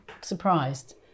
surprised